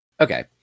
Okay